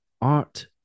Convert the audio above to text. art